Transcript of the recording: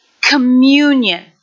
Communion